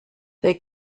they